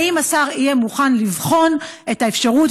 האם השר יהיה מוכן לבחון את האפשרות,